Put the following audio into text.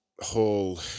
whole